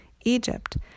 Egypt